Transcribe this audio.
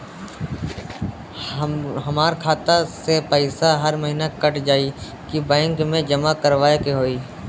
हमार खाता से पैसा हर महीना कट जायी की बैंक मे जमा करवाए के होई?